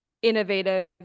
innovative